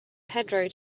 pedro